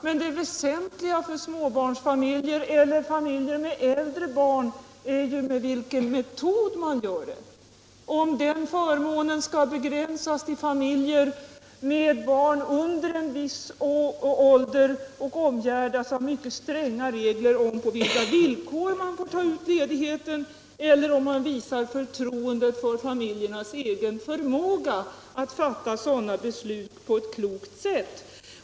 Men det väsentligaste för småbarnsfamiljer eller familjer med något äldre barn är ju med vilken metod det skall ske. Väsentligt är också om den förmånen skall begränsas till familjer med barn under en viss ålder och omgärdas av mycket stränga regler när det gäller de villkor på vilka ledigheten skall få tas ut eller om man skall visa förtroende för familjernas egen förmåga att fatta sådana beslut om hur de vill utnyttja en sådan resurs på ett klokt sätt.